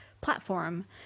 platform